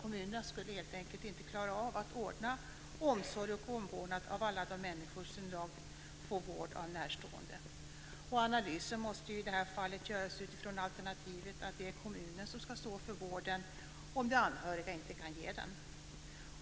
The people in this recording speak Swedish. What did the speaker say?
Kommunerna skulle helt enkelt inte klara av att ordna omsorg och omvårdnad av alla de människor som i dag får vård av närstående. Analysen måste i det fallet göras utifrån alternativet att det är kommunen som ska stå för vården om de anhöriga inte kan ge den.